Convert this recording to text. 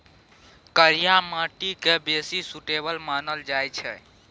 करिया माटि केँ बेसी सुटेबल मानल जाइ छै